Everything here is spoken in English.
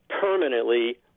permanently